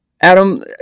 Adam